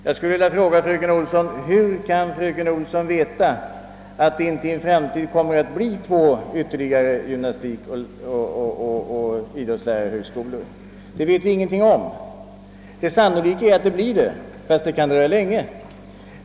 Jag skulle vilja fråga fröken Olsson: Hur kan fröken Olsson veta att det inte i en framtid kommer att finnas ytterligare två gymnastikoch idrottslärarhögskolor? Det sannolika är att så blir förhållandet, fastän det kan dröja länge.